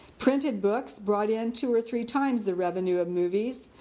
printed books brought in two or three times the revenue of movies,